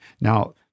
Now